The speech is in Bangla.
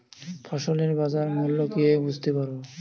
ফসলের বাজার মূল্য কিভাবে বুঝতে পারব?